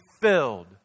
filled